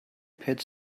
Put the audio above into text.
pat